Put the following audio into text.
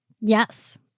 Yes